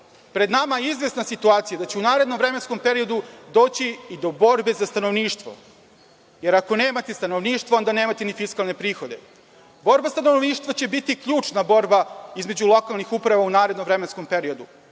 pred nama izvesna situacija da će u narednom vremenskom periodu doći i do borbe za stanovništvo. Jer, ako nemate stanovništvo, onda nemate ni fiskalne prihode. Borba za stanovništvo će biti ključna borba između lokalnih uprava u narednom vremenskom periodu.